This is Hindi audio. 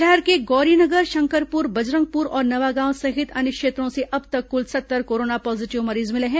शहर के गौरी नगर शंकरपुर बजरंगपुर और नवागांव सहित अन्य क्षेत्रों से अब तक कुल सत्तर कोरोना पॉजीटिव मरीज मिले हैं